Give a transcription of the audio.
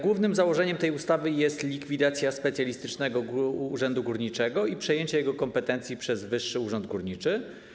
Głównym założeniem tej ustawy jest likwidacja Specjalistycznego Urzędu Górniczego i przejęcie jego kompetencji przez Wyższy Urząd Górniczy.